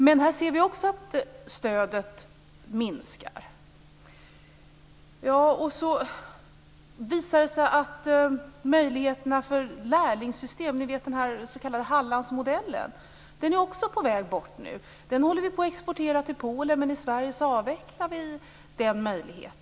Men det här stödet minskar nu. Möjligheterna för lärlingssystem, den s.k. Hallandsmodellen, visar sig också vara på väg bort nu. Vi exporterar modellen till Polen, men avvecklar den i Sverige.